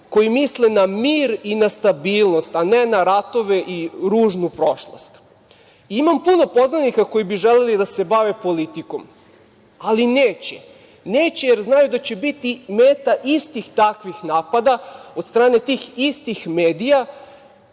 koji misle na mir i na stabilnost, a ne na ratove i ružnu prošlost. Imam puno poznanika koji bi želeli da se bave politikom, ali neće. Neće jer znaju da će biti meta istih takvih napada od strane tih istih medija